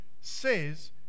says